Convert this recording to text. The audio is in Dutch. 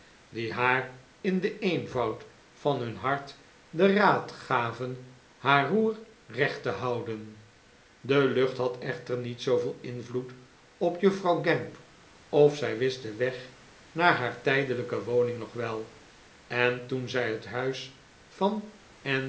die haar in den eenvoud van hun hart den raad gaven haar roer recht te houden de lucht had echter niet zooveel invloed op juffrouw gamp of zij wist den weg naar haar tijdelijke woning nog wel en toen zij het huis van